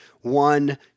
one